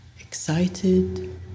excited